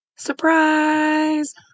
Surprise